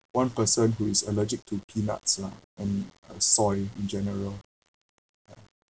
one person who is allergic to peanuts lah and uh soy in general ya